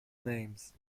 names